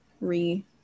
re